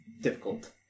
difficult